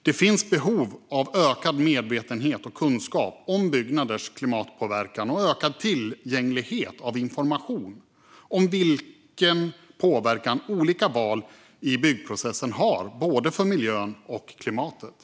Det finns behov av en ökad medvetenhet och kunskap om byggnaders klimatpåverkan och ökad tillgänglighet av information om vilken påverkan olika val i byggprocessen har både för miljön och för klimatet.